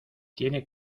tiene